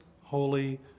holy